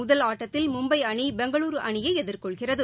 முதல் ஆட்டத்தில் மும்பைஅணி பெங்களூரு அணியைஎதிர்கொள்கிறது